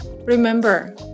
Remember